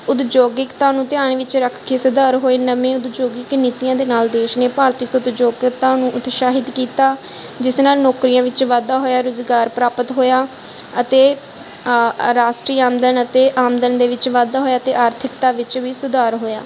ਉਦਯੋਗਿਕਤਾ ਨੂੰ ਧਿਆਨ ਵਿੱਚ ਰੱਖ ਕੇ ਸੁਧਾਰ ਹੋਏ ਨਵੇਂ ਉਦਯੋਗਿਕ ਨੀਤੀਆਂ ਦੇ ਨਾਲ ਦੇਸ਼ ਨੇ ਭਾਰਤੀ ਉਦਯੋਗਿਕਤਾ ਨੂੰ ਉਤਸ਼ਾਹਿਤ ਕੀਤਾ ਜਿਸ ਨਾਲ ਨੌਕਰੀਆਂ ਵਿੱਚ ਵਾਧਾ ਹੋਇਆ ਰੁਜ਼ਗਾਰ ਪ੍ਰਾਪਤ ਹੋਇਆ ਅਤੇ ਰਾਸ਼ਟਰੀ ਆਮਦਨ ਅਤੇ ਆਮਦਨ ਦੇ ਵਿੱਚ ਵਾਧਾ ਹੋਇਆ ਅਤੇ ਆਰਥਿਕਤਾ ਵਿੱਚ ਵੀ ਸੁਧਾਰ ਹੋਇਆ